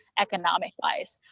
economic-wise.